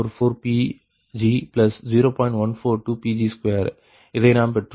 142 Pg2 இதை நாம் பெற்றோம்